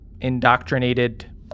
indoctrinated